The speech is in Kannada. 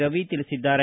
ರವಿ ತಿಳಿಸಿದ್ದಾರೆ